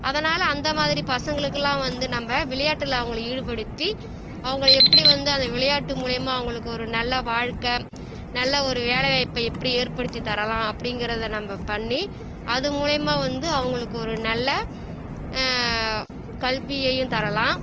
அதனால் அந்தமாதிரி பசங்களுக்கெலாம் வந்து நம்ம விளையாட்டில் அவங்கள ஈடுபடுத்தி அவங்கள எப்படி வந்து அதை விளையாட்டு மூலிமா அவங்களுக்கு ஒரு நல்ல வாழ்க்கை நல்ல ஒரு வேலை வாய்ப்பை எப்படி ஏற்படுத்தி தரலாம் அப்படிங்குறத நம்ம பண்ணி அது மூலிமா வந்து அவங்களுக்கு ஒரு நல்ல கல்வியையும் தரலாம்